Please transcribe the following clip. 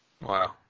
wow